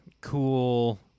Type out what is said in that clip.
cool